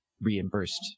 reimbursed